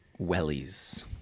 wellies